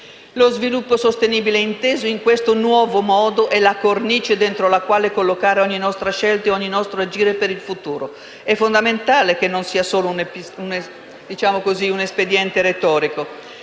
Lo sviluppo sostenibile, inteso in questo nuovo modo, è la cornice dentro il quale collocare ogni nostra scelta e ogni nostro agire per il futuro. È fondamentale che non sia soltanto - diciamo così